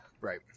Right